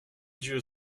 dieu